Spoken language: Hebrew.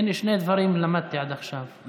הינה, למדתי עד עכשיו שני דברים.